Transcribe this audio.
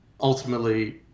ultimately